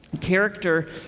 character